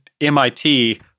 MIT